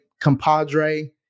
compadre